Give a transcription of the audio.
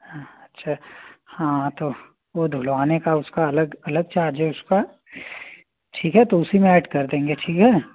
हाँ अच्छा हाँ तो वो धुलवाने का उसका अलग अलग चार्ज है उसका ठीक है तो उसी में ऐड कर देंगे ठीक है